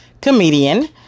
comedian